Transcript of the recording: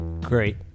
Great